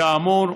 כאמור,